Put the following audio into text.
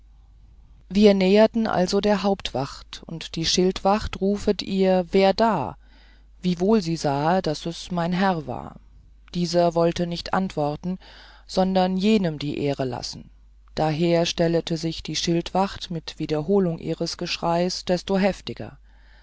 wir näherten also der hauptwacht und die schildwacht rufte ihr werda wiewohl sie sahe daß es mein herr war dieser wollte nicht antworten sondern jenem die ehre lassen daher stellete sich die schildwacht mit wiederholung ihres geschreis desto heftiger